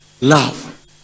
Love